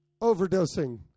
Overdosing